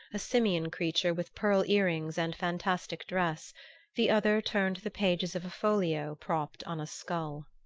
a simian creature with pearl ear-rings and fantastic dress the other turned the pages of a folio propped on a skull.